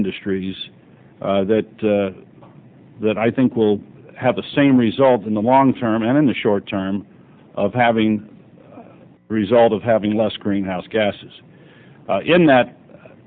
industries that that i think will have the same results in the long term and in the short term of having a result of having less greenhouse gases in that